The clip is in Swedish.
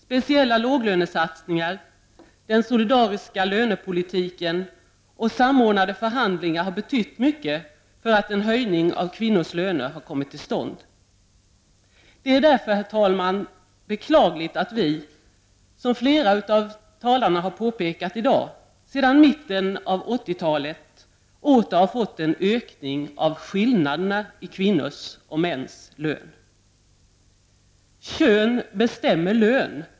Speciella låglönesatsningar, den solidariska lönepolitiken och samordnade förhandlingar har betytt mycket för att höjningar av kvinnors löner kommit till stånd. Det är därför beklagligt, herr talman, att vi, som flera av talarna har påpekat i dag, sedan mitten av 1980-talet åter har fått ökade skillnader mellan kvinnors och mäns löner. Kön bestämmer lön.